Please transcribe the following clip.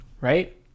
right